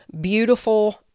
beautiful